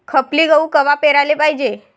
खपली गहू कवा पेराले पायजे?